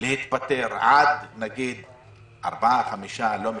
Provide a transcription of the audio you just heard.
להתפטר עד ארבעה-חמישה, לא משנה,